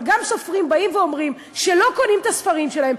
גם סופרים באים ואומרים שלא קונים את הספרים שלהם,